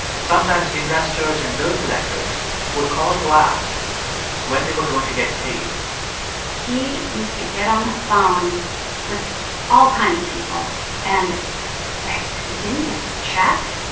sometimes investors and bill collectors would call to ask when they were going to get paid he used to get on the phone with all kinds of people and say, you didn't get the check?